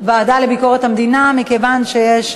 עבירות ופגיעה בטוהר המידות או במינהל התקין במקום עבודתם),